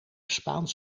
spaans